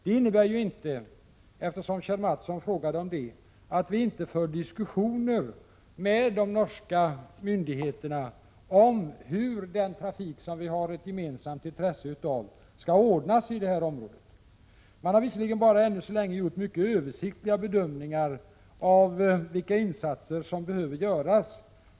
Detta innebär dock inte att vi inte skulle diskutera med de norska myndigheterna om hur den trafik som vi har ett gemensamt intresse av skall ordnas i detta område, vilket Kjell A. Mattsson frågade om. Ännu så länge har man visserligen bara gjort mycket översiktliga bedömningar av vilka insatser som behövs.